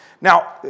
Now